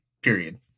Period